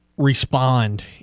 Respond